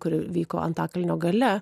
kuri vyko antakalnio gale